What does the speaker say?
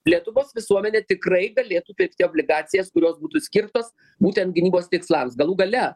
lietuvos visuomenė tikrai galėtų pirkti obligacijas kurios būtų skirtos būtent gynybos tikslams galų gale